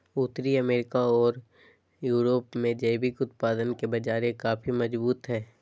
उत्तरी अमेरिका ओर यूरोप में जैविक उत्पादन के बाजार काफी मजबूत हइ